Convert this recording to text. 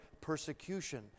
persecution